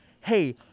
Hey